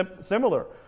similar